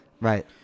Right